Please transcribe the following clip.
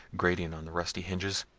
grating on the rusty hinges,